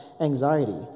anxiety